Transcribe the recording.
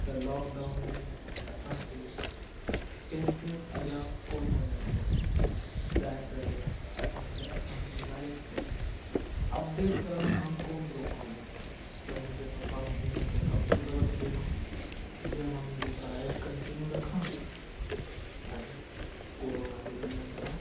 त लॉकडाउन में असांखे कंहिं जे अॻियां कोन वञिणो हुओ तंहिं करे असांखे असांजी लाइफ़ खे अपडेट करण खां कोन रोकिणो हुओ त मुंहिंजे पप्पा मम्मीअ मूंखे कंप्यूटर वठी ॾिनो जीअं मां मुंहिंजी पढ़ाई कंटीन्यू रखां ऐं कोरोना जे ॾींहंनि खां